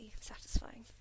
satisfying